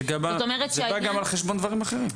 זאת אומרת ש --- זה בא גם על חשבון דברים אחרים.